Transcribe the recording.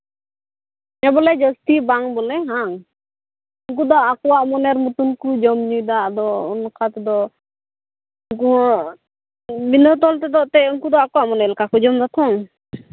ᱦᱮᱸ ᱵᱚᱞᱮ ᱡᱟᱹᱥᱛᱤ ᱵᱟᱝ ᱵᱚᱞᱮ ᱵᱟᱝ ᱩᱱᱠᱩ ᱫᱚ ᱟᱠᱚᱣᱟᱜ ᱢᱚᱱᱮᱨ ᱢᱚᱛᱚᱱ ᱠᱚ ᱡᱚᱢᱼᱧᱩᱭᱫᱟ ᱟᱫᱚ ᱱᱚᱝᱠᱟ ᱛᱮᱫᱚ ᱩᱱᱠᱩ ᱦᱚᱸ ᱵᱤᱱᱟᱹ ᱛᱚᱞ ᱛᱮᱫᱚ ᱮᱱᱛᱮᱜ ᱩᱱᱠᱩ ᱫᱚ ᱟᱠᱚᱣᱟᱜ ᱢᱚᱱᱮ ᱞᱮᱠᱟ ᱡᱚᱢ ᱫᱟᱛᱚ